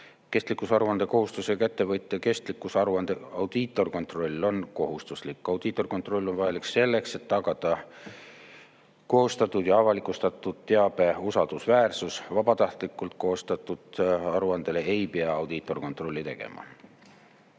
Kestlikkusaruande kohustusega ettevõtja kestlikkusaruande audiitorkontroll on kohustuslik. Audiitorkontroll on vajalik selleks, et tagada koostatud ja avalikustatud teabe usaldusväärsus. Vabatahtlikult koostatud aruandele ei pea audiitorkontrolli tegema.